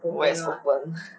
nowhere's open